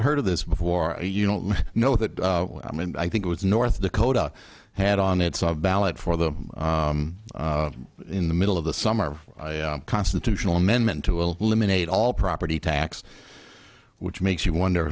heard of this before you don't know that i mean i think it was north dakota had on its ballot for them in the middle of the summer constitutional amendment to eliminate all property tax which makes you wonder